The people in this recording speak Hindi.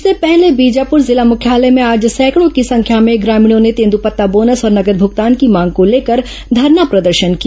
इससे पहले बीजापुर जिला मुख्यालय में आज सैकड़ो की संख्या में ग्रामीणों ने तेंद्रपत्ता बोनस और नगद भूगतान की मांग को लेकर धरना प्रदर्शन किया